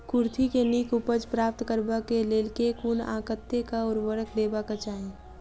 कुर्थी केँ नीक उपज प्राप्त करबाक लेल केँ कुन आ कतेक उर्वरक देबाक चाहि?